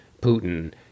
Putin